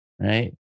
right